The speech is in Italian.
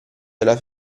della